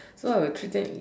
so I will treat that